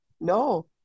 No